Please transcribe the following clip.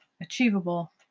achievable